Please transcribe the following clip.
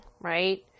right